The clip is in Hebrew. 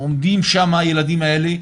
עומדים שם, הילדים האלה.